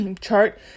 chart